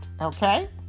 okay